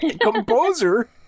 composer